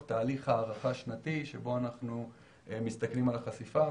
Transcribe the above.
תהליך הערכה שנתי שבו אנחנו מסתכלים על החשיפה.